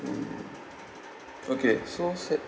mm okay so sa~